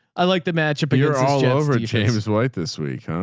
i liked the match, but you're all over james white this week. huh?